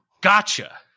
gotcha